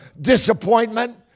Disappointment